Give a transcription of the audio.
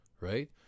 right